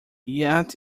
yet